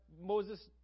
Moses